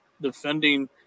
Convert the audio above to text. defending